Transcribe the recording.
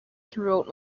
throughout